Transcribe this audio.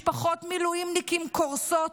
משפחות מילואימניקים קורסות,